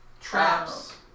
Traps